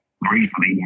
briefly